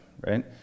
right